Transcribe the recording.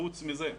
חוץ מזה,